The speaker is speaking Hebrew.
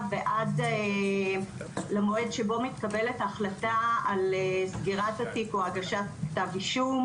ועד למועד שבו מתקבלת ההחלטה על סגירת התיק או הגשת כתב אישום.